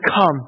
come